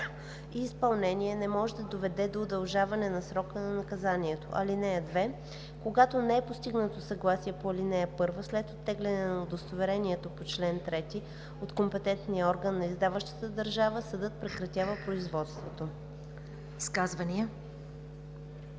и изпълнение не може да доведе до удължаване на срока на наказанието. (2) Когато не е постигнато съгласие по ал. 1, след оттегляне на удостоверението по чл. 3 от компетентния орган на издаващата държава, съдът прекратява производството.“